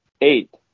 eight